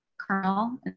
Colonel